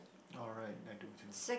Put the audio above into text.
alright I do too